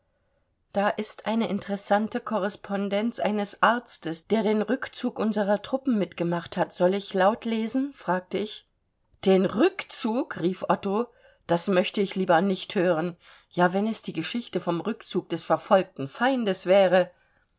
da ist eine interessante korrespondenz eines arztes der den rückzug unserer truppen mitgemacht hat soll ich laut lesen fragte ich den rückzug rief otto das möchte ich lieber nicht hören ja wenn es die geschichte vom rückzug des verfolgten feindes wäre